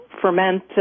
ferment